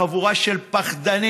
חבורה של פחדנים.